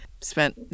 Spent